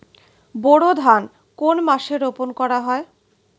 বোরো ধান কোন মাসে রোপণ করা হয়?